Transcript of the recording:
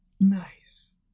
Nice